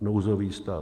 nouzový stav.